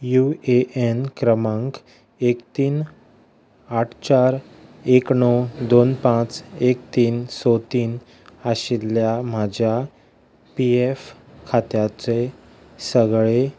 UAN क्रमांक एक तीन आठ चार एक णव दोन पांच एक तीन स तीन आशिल्ल्या म्हाज्या पीएफ खात्याचे सगळे